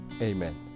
amen